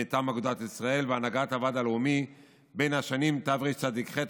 מטעם אגודת ישראל והנהגת הוועד הלאומי בין השנים תרצ"ח,